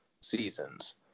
seasons